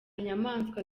inyamaswa